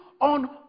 on